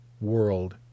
world